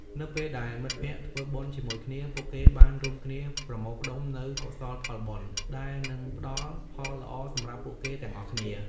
នៅពេលដែលមិត្តភក្តិធ្វើបុណ្យជាមួយគ្នា ពួកគេបានរួមគ្នាប្រមូលផ្តុំនូវកុសលផលបុណ្យដែលនឹងផ្តល់ផលល្អសម្រាប់ពួកគេទាំងអស់គ្នា។